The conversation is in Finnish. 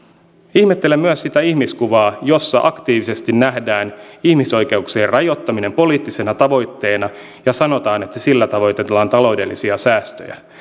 ihmettelen myös sitä ihmiskuvaa jossa aktiivisesti nähdään ihmisoikeuksien rajoittaminen poliittisena tavoitteena ja sanotaan että sillä tavoitellaan taloudellisia säästöjä